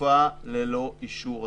התקופה ללא אישור הכנסת.